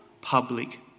public